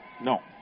No